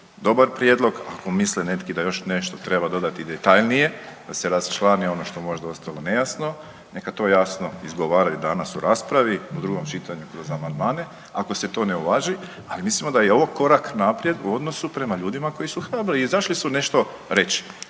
dobar prijedlog. Ako misli netko da još nešto treba dodati detaljnije da se raščlani ono što je možda ostalo nejasno neka jasno to izgovaraju danas u raspravi u drugom čitanju kroz amandmane ako se to ne uvaži. Mislimo da je i ovo korak naprijed u odnosu prema ljudima koji su hrabri i izašli su nešto reći.